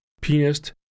pianist